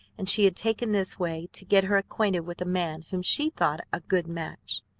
and she had taken this way to get her acquainted with a man whom she thought a good match.